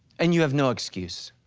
and you have no excuse.